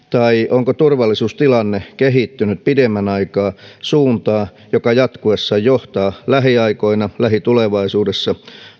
onko turvallisuustilanne kehittynyt pidemmän aikaa suuntaan joka jatkuessaan johtaa lähiaikoina lähitulevaisuudessa